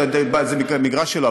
זה מגרש שלו.